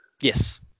Yes